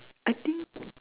I think